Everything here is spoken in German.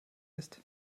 ist